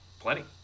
plenty